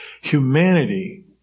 Humanity